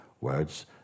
words